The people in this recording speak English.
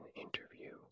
interview